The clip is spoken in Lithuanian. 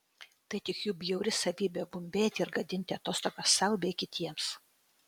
tai tik jų bjauri savybė bumbėti ir gadinti atostogas sau bei kitiems